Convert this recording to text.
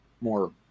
more